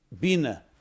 bina